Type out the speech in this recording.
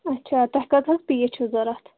اَچھا تۄہہِ کٔژ حظ پیٖس چھُو ضروٗرت